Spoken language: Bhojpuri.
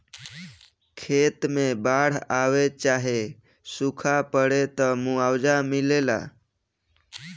खेत मे बाड़ आवे चाहे सूखा पड़े, त मुआवजा मिलेला